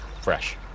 fresh